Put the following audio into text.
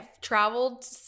traveled